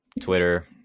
twitter